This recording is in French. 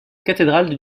cathédrale